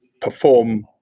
perform